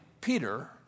Peter